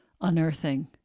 unearthing